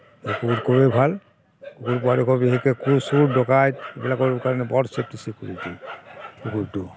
চোৰ ডকাইত এইবিলাকৰ কাৰণে বৰ ছে'ফটি ছিকিউৰিটি কুকুৰটো